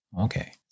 Okay